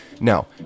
Now